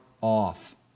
off